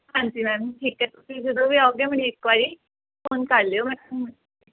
ਹਾਂਜੀ ਮੈਮ ਠੀਕ ਹੈ ਤੁਸੀਂ ਜਦੋਂ ਵੀ ਆਓਗੇ ਮੈਨੂੰ ਇੱਕ ਵਾਰੀ ਫੋਨ ਕਰ ਲਿਓ